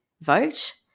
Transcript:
vote